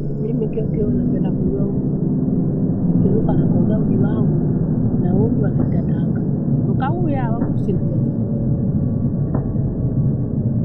Mimi keokeo napenda kunywa uji. Nikunuka nakologa uji wangu naunywa naita tanga. Ukauya wamu siliocha.